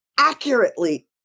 Accurately